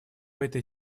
этой